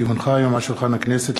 כי הונחו היום על שולחן הכנסת,